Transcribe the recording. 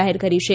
જાહેર કરી છે